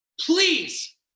Please